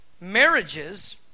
marriages